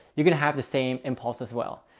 you're going to have the same impulse as well.